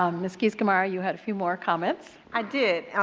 um mrs. keys gamarra, you have a few more comments? i do,